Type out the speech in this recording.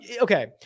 okay